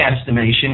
estimation